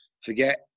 forget